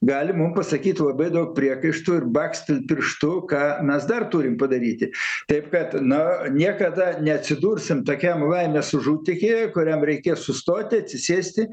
gali mum pasakyt labai daug priekaištų ir bakstelt pirštu ką mes dar turim padaryti taip kad na niekada neatsidursim tokiam laimės užutekyje kuriam reikės sustoti atsisėsti